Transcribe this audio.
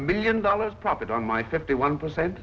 million dollars profit on my fifty one percent